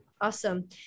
Awesome